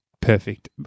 perfect